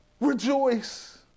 Rejoice